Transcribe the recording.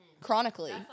Chronically